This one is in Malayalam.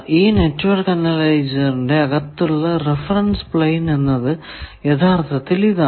ഈ നെറ്റ്വർക്ക് അനലൈസറിന്റെ അകത്തുള്ള റഫറൻസ് പ്ലെയിൻ എന്നത് യഥാർത്ഥത്തിൽ ഇതാണ്